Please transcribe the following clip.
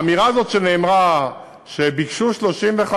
האמירה הזאת, שנאמרה, שביקשו 35